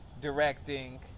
directing